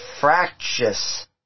fractious